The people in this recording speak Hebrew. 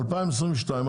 2022,